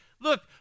Look